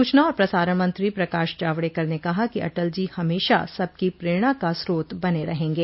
सूचना और प्रसारण मंत्री प्रकाश जावड़ेकर ने कहा कि अटल जी हमेशा सबकी प्रेरणा का स्रोत बने रहेंगे